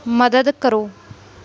ਮਦਦ ਕਰੋ